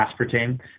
aspartame